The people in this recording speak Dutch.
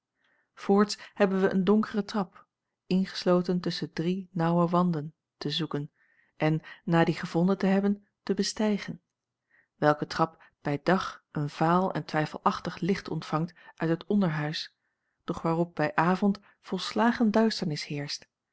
voorts hebben wij een donkere trap ingesloten tusschen drie naauwe wanden te zoeken en na die gevonden te hebben te bestijgen welke trap bij dag een vaal en twijfelachtig licht ontvangt uit het onderhuis doch waarop bij avond volslagen duisternis heerscht